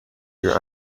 your